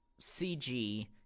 CG